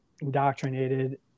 indoctrinated